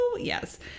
yes